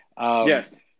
Yes